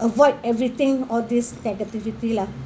avoid everything all this negativity lah